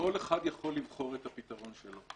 וכל אחד יכול לבחור את הפתרון שלו.